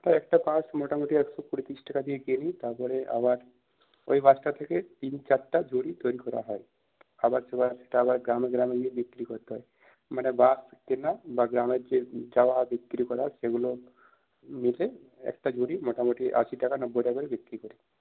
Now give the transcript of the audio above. আমরা একটা বাঁশ মোটামুটি একশো কুড়ি তিরিশ টাকা দিয়ে কিনি তারপরে আবার ঐ বাঁশটা থেকে তিন চারটা ঝুড়ি তৈরি করা হয় আবার চোয়াজটালা গ্রামে গ্রামে গিয়ে বিক্রি করতে হয় মানে বাঁশ কেনা বা গ্রামের যে যাওয়া বিক্রি করা সেগুলো মুখে একটা ঝুড়ি মোটামুটি আশি টাকা নব্বই টাকায় বিক্রি করি